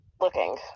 looking